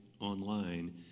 online